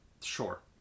Sure